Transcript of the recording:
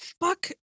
fuck